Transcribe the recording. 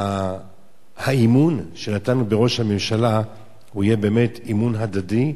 שהאמון שנתנו בראש הממשלה יהיה באמת אמון הדדי,